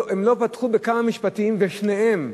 הם לא פתחו בכמה משפטים, ושניהם,